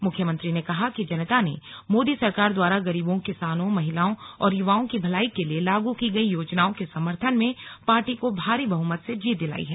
मुख्यमंत्री ने कहा कि जनता ने मोदी सरकार द्वारा गरीबों किसानों महिलाओं और युवाओं की भलाई के लिए लागू की गई योजनाओं के समर्थन में पार्टी को भारी बहुमत से जीत दिलाई है